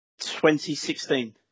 2016